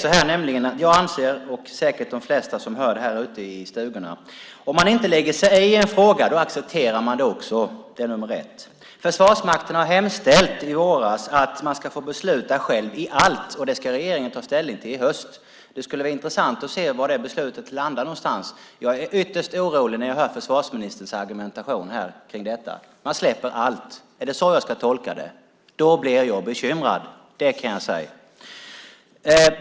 Det är nämligen så att jag anser, och säkert de flesta som hör detta ute i stugorna, att om man inte lägger sig i en fråga accepterar man den också. Försvarsmakten hemställde i våras att man ska få besluta själv i allt, och det ska regeringen ta ställning till i höst. Det ska bli intressant att se var det beslutet landar. Jag blir ytterst orolig när jag hör försvarsministerns argumentation här. Man släpper allt. Är det så jag ska tolka det? Då blir jag bekymrad. Det kan jag säga.